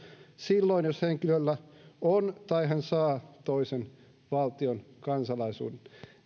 silloin jos henkilöllä on tai hän saa toisen valtion kansalaisuuden